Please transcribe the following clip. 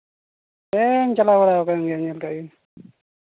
ᱦᱮᱸ ᱪᱟᱞᱟᱣ ᱵᱟᱲᱟᱣ ᱠᱟᱱ ᱜᱮᱭᱟ ᱧᱮᱞ ᱠᱟᱜ ᱜᱤᱭᱟᱹᱧ